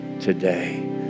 today